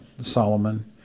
Solomon